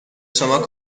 شما